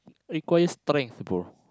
require strength brother